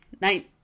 nine